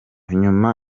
nyuma